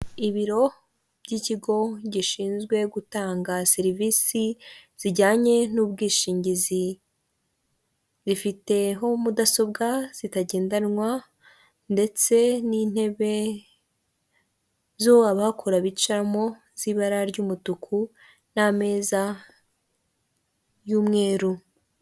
Ibiro by'ikigo gishinzwe gutanga serivisi zijyanye n'ubwishingizi, bifiteho mudasobwa zitagendanwa ndetse n'intebe zo abahakora bicaramo z'ibara ry'umutuku n'ameza y'umweru.